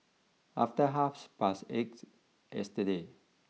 after half past eight yesterday